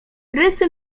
rysy